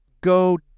go